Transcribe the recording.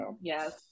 Yes